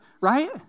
right